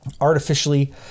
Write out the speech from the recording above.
artificially